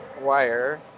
wire